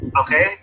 okay